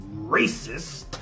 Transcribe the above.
racist